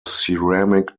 ceramic